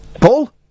Paul